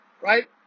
right